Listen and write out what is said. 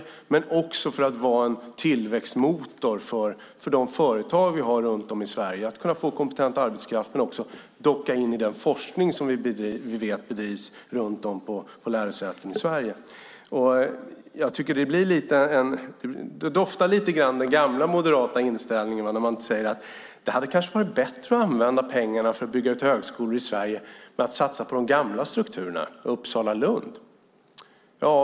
Det handlade också om att skapa en tillväxtmotor för de företag vi har runt om i Sverige, att kunna få kompetent arbetskraft och också docka in i den forskning som vi vet bedrivs runt om på lärosäten i Sverige. Jag tycker att det doftar lite grann av den gamla moderata inställningen när Finn Bengtsson säger att det kanske hade varit bättre att använda pengarna för att bygga ut högskolor i Sverige och att satsa på de gamla strukturerna, till exempel Uppsala och Lund.